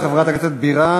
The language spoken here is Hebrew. תודה, חברת הכנסת בירן.